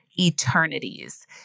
eternities